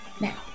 now